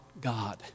God